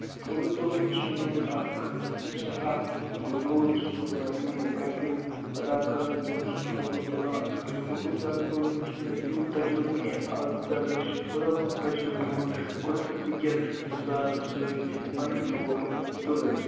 photo تُلُن چھُ میون اکھ سٮ۪ٹھاہ رول چھُس بہٕ پَننٮ۪ن گرِکین اَدا کران زِ بہٕ چھُس فوٹو تُلان فوٹو زیادٕ تُلُن چھُنہٕ مےٚ توٗت تَجرُبہٕ کیٚنہہ اَلبتہ مےٚ چھُ تھوڑا بہت تَجرُبہٕ گوٚمُت قُدرَت کین نَظارن سۭتۍ پَنٕنۍ فوٹو تُلٕنۍ